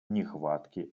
нехватке